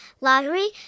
lottery